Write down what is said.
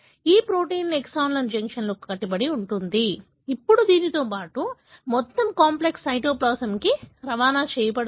ఈ protein exon జంక్షన్కు కట్టుబడి ఉంటుంది ఇప్పుడు దీనితో పాటు మొత్తం కాంప్లెక్స్ సైటోప్లాజమ్కు రవాణా చేయబడుతుంది